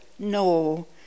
No